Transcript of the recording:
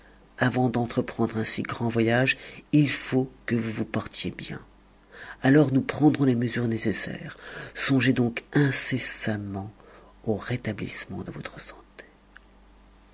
avant d'entreprendre un si grand vovage il faut que vous vous portiez bien alors nous prendrons les mesures nécessaires songez donc incessamment au rétablissement de votre santé